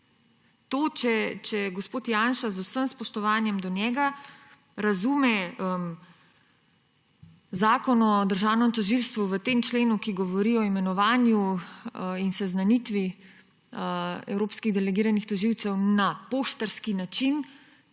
Če gospod Janša, z vsem spoštovanjem do njega, razume Zakon o državnem tožilstvu v tem členu, ki govori o imenovanju in seznanitvi evropskih delegiranih tožilcev, na poštarski način,